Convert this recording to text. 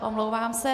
Omlouvám se.